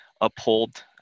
uphold